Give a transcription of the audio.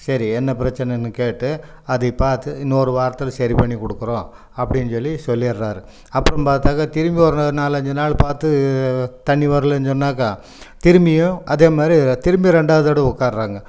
சரி என்ன பிரச்சனைன்னு கேட்டு அதை பார்த்து இன்னொரு வாரத்தில் சரி பண்ணி கொடுக்குறோம் அப்படின்னு சொல்லி சொல்லிடறாரு அப்புறம் பார்த்தாக்கா திரும்பி ஒரு நாலு அஞ்சு நாள் பார்த்து தண்ணி வரலைன்னு சொன்னாக்கா திரும்பியும் அதே மாதிரி திரும்பி ரெண்டாவது தடவை உட்கார்றாங்க